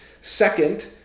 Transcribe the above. Second